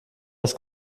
das